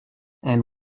and